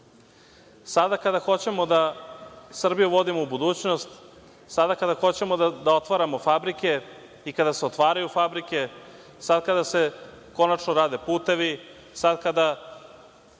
mi. Sada kada hoćemo da Srbiju vodimo u budućnost, sada kada hoćemo da otvaramo fabrike i kada se otvaraju fabrike, sada kada se konačno rade putevi, sada kada